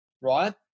right